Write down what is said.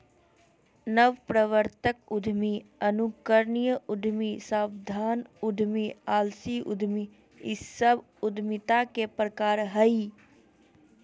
नवप्रवर्तक उद्यमी, अनुकरणीय उद्यमी, सावधान उद्यमी, आलसी उद्यमी इ सब उद्यमिता के प्रकार हइ